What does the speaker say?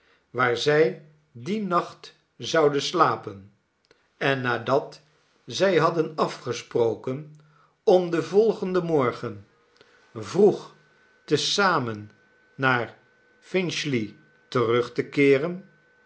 waar zij dien nacht zouden slapen en nadat zij hadden afgesproken om den volgenden morde diensten van kit worden gevorderd gen vroeg te zamen naar finchiey terug te keeren